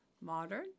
modern